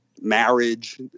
marriage